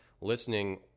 listening